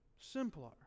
simpler